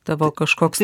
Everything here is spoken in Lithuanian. tavo kažkoks